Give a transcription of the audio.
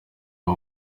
bwo